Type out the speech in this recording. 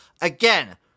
again